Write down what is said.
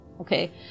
Okay